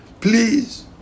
please